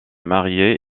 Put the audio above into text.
marié